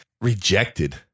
rejected